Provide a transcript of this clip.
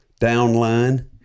downline